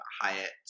Hyatt